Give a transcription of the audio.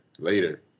later